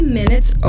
minutes